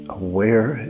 aware